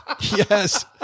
Yes